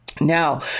Now